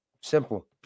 Simple